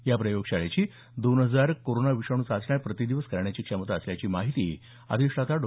या प्रयोगशाळेची दोन हजार कोरोना विषाणू चाचण्या प्रति दिवस करण्याची क्षमता असल्याची माहिती अधिष्ठाता डॉ